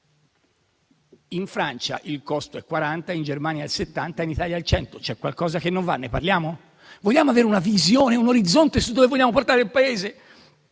In Francia il costo è 40, in Germania è 70 e in Italia è 100. C'è qualcosa che non va, ne parliamo? Vogliamo avere una visione, un orizzonte su dove vogliamo portare il Paese?